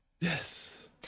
Yes